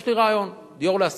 יש לי רעיון: דיור להשכרה.